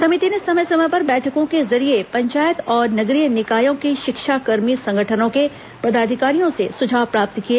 समिति ने समय समय पर बैठकों के जरिये पंचायत और नगरीय निकायों के शिक्षाकर्मी संगठनों के पदाधिकारियों से सुझाव प्राप्त किए